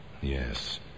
Yes